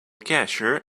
cashier